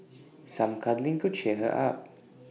some cuddling could cheer her up